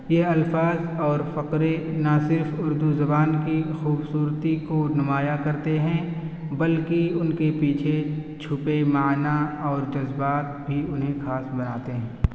یہ الفاظ اور فقرے نا صرف اردو زبان کی کھوبصورتی کو نمایاں کرتے ہیں بلکہ ان کے پیچھے چھپے معنیٰ اور جذبات بھی انہیں خاص بناتے ہیں